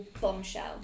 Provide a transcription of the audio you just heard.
bombshell